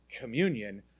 communion